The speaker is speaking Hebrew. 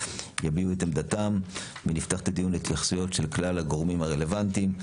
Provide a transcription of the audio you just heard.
יביעו את עמדתם ונפתח את הדיון להתייחסויות של כלל הגורמים הרלוונטיים.